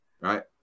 Right